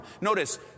Notice